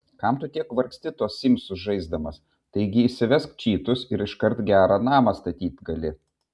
kam tu tiek vargsti tuos simsus žaisdamas taigi įsivesk čytus ir iškart gerą namą statyt gali